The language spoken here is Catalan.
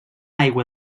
aigua